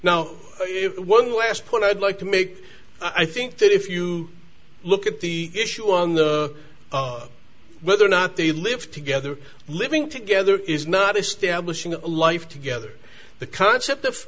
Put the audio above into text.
now one last point i'd like to make i think that if you look at the issue on the of whether or not they live together living together is not establishing a life together the concept of